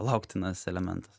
lauktinas elementas